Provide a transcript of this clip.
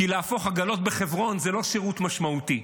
כי להפוך עגלות בחברון זה לא שירות משמעותי.